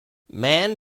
man